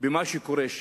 במה שקורה שם.